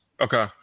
Okay